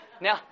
Now